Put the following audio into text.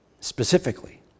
specifically